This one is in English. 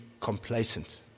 Complacent